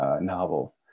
novel